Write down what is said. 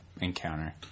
encounter